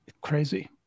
crazy